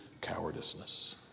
cowardice